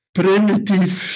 primitive